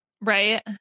Right